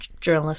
journalists